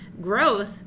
growth